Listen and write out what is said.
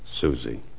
Susie